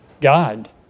God